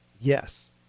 Yes